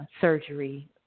surgery